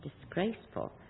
disgraceful